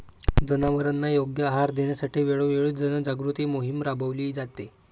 जनावरांना योग्य आहार देण्यासाठी वेळोवेळी जनजागृती मोहीम राबविली जाते